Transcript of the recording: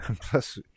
plus